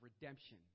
redemption